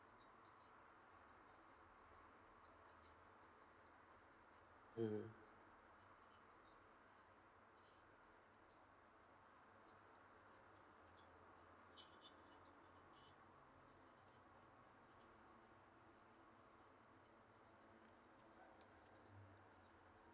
mm